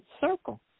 circle